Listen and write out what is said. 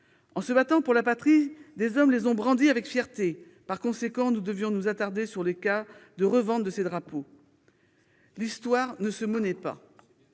En se battant pour la patrie, des hommes l'ont brandi avec fierté. Par conséquent, nous devions nous pencher sur les cas de revente de drapeaux d'associations d'anciens